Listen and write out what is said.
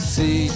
See